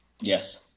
Yes